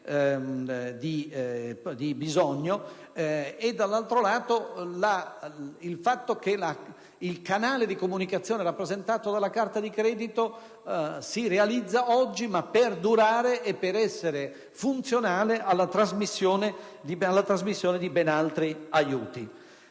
il canale di comunicazione rappresentato della carta di credito si realizza oggi, ma per durare e per essere funzionale alla trasmissione di ben altri aiuti.